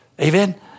Amen